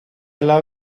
alla